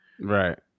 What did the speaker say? Right